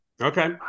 Okay